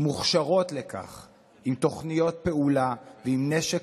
מוכשרות לכך עם תוכניות פעולה ועם נשק